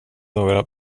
några